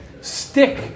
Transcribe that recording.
stick